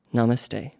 Namaste